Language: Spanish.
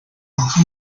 causó